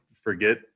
forget